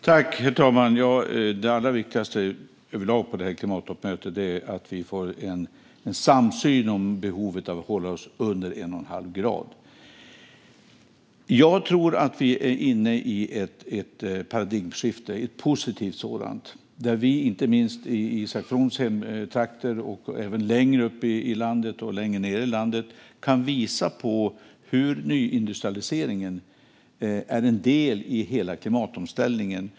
Herr talman! Det allra viktigaste på klimattoppmötet är att vi får en samsyn om behovet av att hålla oss under 1,5 grader. Jag tror att vi är inne i ett paradigmskifte, ett positivt sådant, där vi inte minst i Isak Froms hemtrakter - och även längre upp i landet och längre ned i landet - kan visa på hur nyindustrialiseringen är en del i hela klimatomställningen.